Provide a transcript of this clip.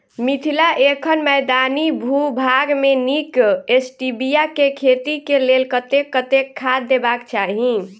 मिथिला एखन मैदानी भूभाग मे नीक स्टीबिया केँ खेती केँ लेल कतेक कतेक खाद देबाक चाहि?